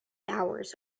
hours